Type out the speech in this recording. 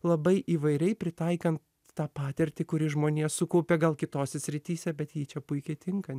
labai įvairiai pritaikant tą patirtį kuri žmonija sukaupė gal kitose srityse bet ji čia puikiai tinka